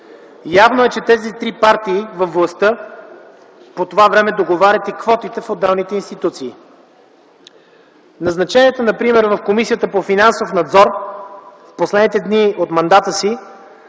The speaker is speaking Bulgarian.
Явно е, че тези три партии във властта по това време договарят и квотите в отделните институции. Назначенията например в Комисията за финансов надзор. В последните дни от мандата си